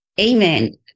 amen